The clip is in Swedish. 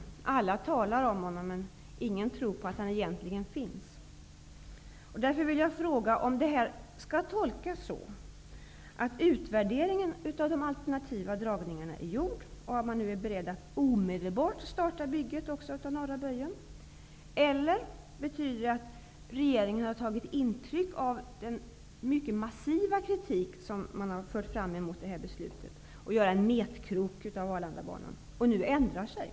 Alla talar om honom, men ingen tror på att han egentligen finns. Jag vill därför fråga om detta skall tolkas som att utvärderingen av de alternativa dragningarna nu är gjord och att man är beredd att omedelbart starta bygget av den norra böjen. Eller betyder det att regeringen har tagit intryck av den mycket massiva kritik som framförts mot beslutet att göra en metkrok av Arlandabanan och nu ändrar sig?